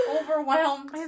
Overwhelmed